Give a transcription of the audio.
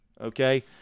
Okay